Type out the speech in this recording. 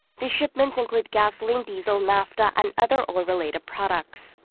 the shipments include gasoline, diesel, naphtha and other oil-related products.